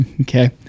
Okay